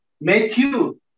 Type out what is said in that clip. Matthew